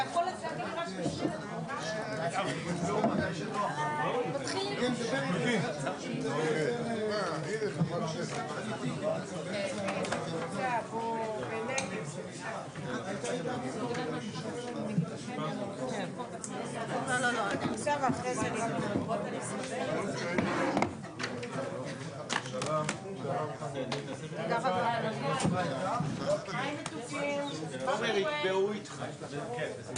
14:00.